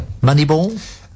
Moneyball